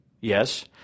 yes